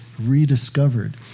rediscovered